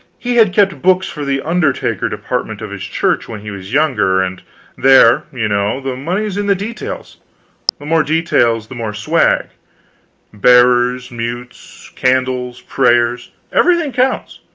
he had kept books for the undertaker-department of his church when he was younger, and there, you know, the money's in the details the more details, the more swag bearers, mutes, candles, prayers everything counts